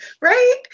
Right